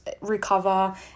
recover